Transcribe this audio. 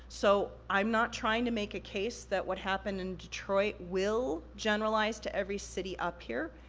so, i'm not trying to make a case that what happened in detroit will generalize to every city up here,